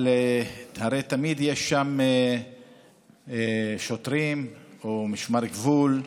אבל הרי תמיד יש שם שוטרים או משמר הגבול,